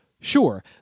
Sure